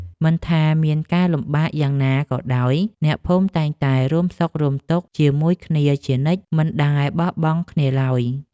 មិនថាមានការលំបាកយ៉ាងណាក៏ដោយអ្នកភូមិតែងតែរួមសុខរួមទុក្ខជាមួយគ្នាជានិច្ចមិនដែលបោះបង់គ្នាឡើយ។